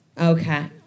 Okay